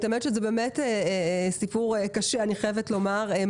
האמת שזה באמת סיפור קשה ומכעיס.